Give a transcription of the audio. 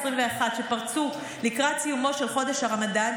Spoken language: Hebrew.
שפרצו לקראת סיומו של חודש הרמדאן,